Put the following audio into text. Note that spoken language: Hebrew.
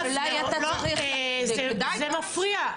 סליחה, זה מפריע.